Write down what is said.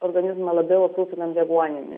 organizmą labiau aprūpinam deguonimi